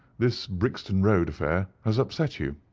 this brixton road affair has upset you.